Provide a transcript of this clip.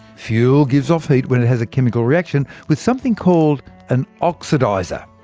fuel gives off heat when it has a chemical reaction with something called an oxidizer.